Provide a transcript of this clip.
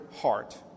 heart